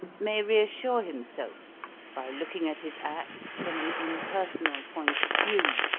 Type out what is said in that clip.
may reassure himself by looking at his acts from an impersonal point of view.